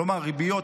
כלומר ריביות,